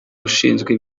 ushinzwe